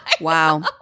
wow